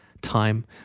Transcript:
time